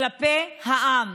כלפי העם.